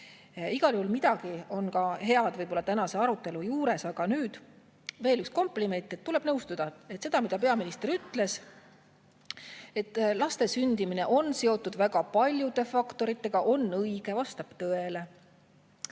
Igal juhul midagi on ka head tänase arutelu juures. Aga nüüd veel üks kompliment: tuleb nõustuda sellega, mida peaminister ütles, et laste sündimine on seotud väga paljude faktoritega. On õige, vastab tõele.